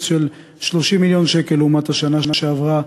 של 30 מיליון שקל לעומת השנה שעברה,